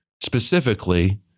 specifically